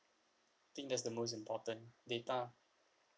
I think that's the most important data